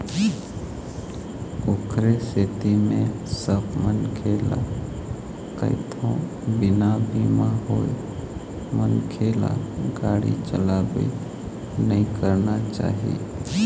ओखरे सेती मेंहा सब मनखे ल कहिथव बिना बीमा होय मनखे ल गाड़ी चलाबे नइ करना चाही